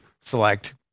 select